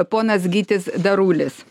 ponas gytis darulis